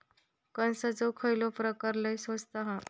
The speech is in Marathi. कणसाचो खयलो प्रकार लय स्वस्त हा?